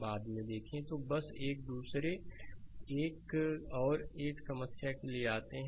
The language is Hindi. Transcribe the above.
स्लाइड समय देखें 0106 तो बस एक दूसरे एक और एक समस्या के लिए आते हैं